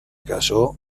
casó